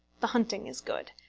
the hunting is good.